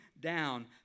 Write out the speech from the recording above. down